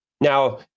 Now